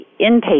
inpatient